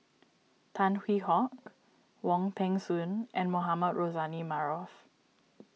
Tan Hwee Hock Wong Peng Soon and Mohamed Rozani Maarof